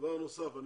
משטרת ישראל, אני